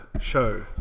show